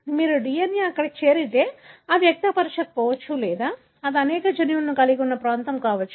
మీ DNA అక్కడ చేరితే అది వ్యక్తపరచకపోవచ్చు లేదా అది అనేక జన్యువులను కలిగి ఉన్న ప్రాంతం కావచ్చు